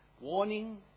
Warning